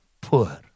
poor